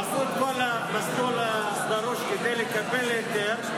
הם עשו את כל ההסדרות כדי לקבל היתר,